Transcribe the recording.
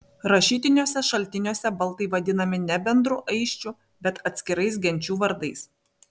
rašytiniuose šaltiniuose baltai vadinami ne bendru aisčių bet atskirais genčių vardais